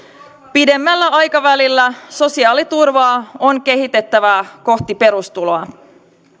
pidemmällä aikavälillä sosiaaliturvaa on kehitettävä kohti perustuloa